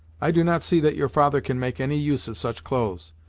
i do not see that your father can make any use of such clothes,